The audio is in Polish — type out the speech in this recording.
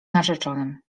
narzeczonym